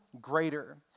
greater